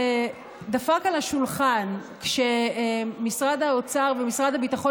דפק על השולחן כשמשרד האוצר ומשרד הביטחון